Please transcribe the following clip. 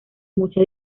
mucha